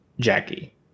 Jackie